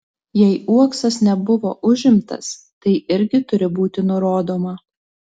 jei uoksas nebuvo užimtas tai irgi turi būti nurodoma